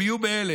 הם היו בהלם.